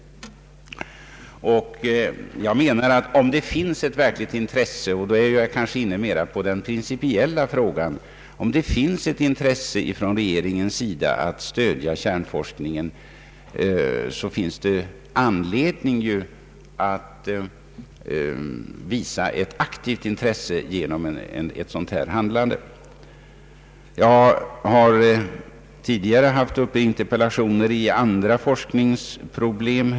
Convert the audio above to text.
Jag menar att om regeringen har ett verkligt intresse — och då kommer jag mera in på den principiella frågan — att stödja kärnforskningen, finns det anledning att visa detta genom ett sådant här handlande. Jag har tidigare i interpellationer haft uppe andra forskningsproblem.